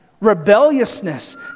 rebelliousness